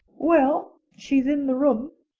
well, she's in the room,